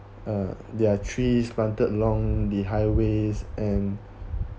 uh there are trees planted along the highways and